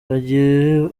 bagiye